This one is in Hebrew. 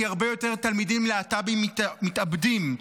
כי הרבה יותר תלמידים להט"בים מתאבדים,